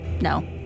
No